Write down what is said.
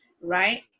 right